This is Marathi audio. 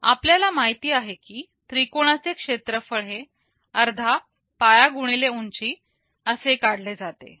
आपल्याला माहिती आहे कि त्रिकोणाचे क्षेत्रफळ हे अर्धा पाया गुणिले उंची असे काढले जाते